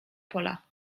pola